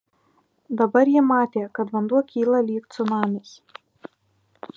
dabar ji matė kad vanduo kyla lyg cunamis